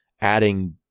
adding